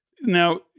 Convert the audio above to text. Now